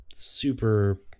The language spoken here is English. Super